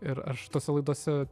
ir aš tose laidose